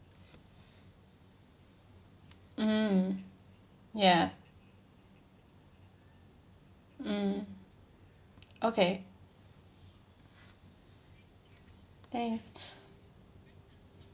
mmhmm ya mm okay thanks